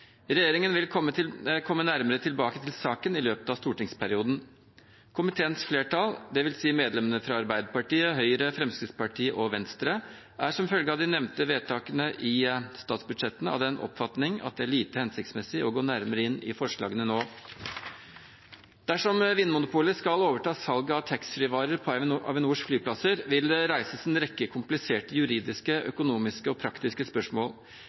vil komme nærmere tilbake til saken i løpet av stortingsperioden.» Komiteens flertall, dvs. medlemmene fra Arbeiderpartiet, Høyre, Fremskrittspartiet og Venstre, er som følge av de nevnte vedtakene i statsbudsjettene av den oppfatning at det er lite hensiktsmessig å gå nærmere inn i forslagene nå. Dersom Vinmonopolet skal overta salget av taxfree-varer på Avinors flyplasser, vil det reises en rekke kompliserte juridiske, økonomiske og praktiske spørsmål.